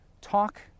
talk